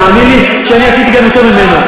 תאמין לי שאני עשיתי גם יותר ממנו,